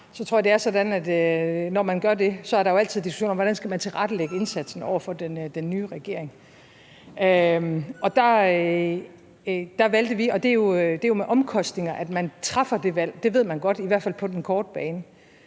tror jeg, det er sådan, at når man gør det, er der jo altid diskussioner om, hvordan man skal man tilrettelægge indsatsen over for den nye regering. Og der valgte vi, og det er jo med omkostninger, at man træffer det valg, det ved man godt, i hvert fald på den korte bane,